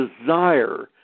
desire